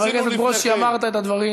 חבר הכנסת ברושי, אמרת את הדברים.